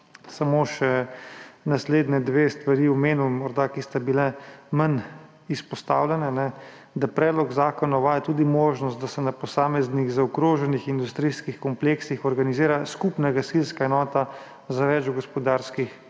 samo še naslednji dve stvari omenil, ki sta bili manj izpostavljeni. Predlog zakona uvaja tudi možnost, da se na posameznih zaokroženih industrijskih kompleksih organizira skupna gasilska enota za več gospodarskih